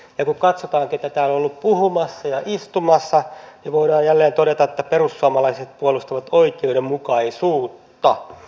ja kun katsotaan keitä täällä on ollut puhumassa ja istumassa niin voidaan jälleen todeta että perussuomalaiset puolustavat oikeudenmukaisuutta